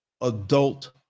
adult